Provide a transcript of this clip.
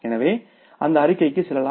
எனவே அந்த அறிக்கைக்கு செல்லலாம்